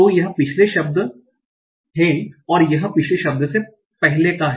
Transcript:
तो यह पिछले शब्द है और यह पिछले शब्द से पहले है